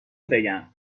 بگم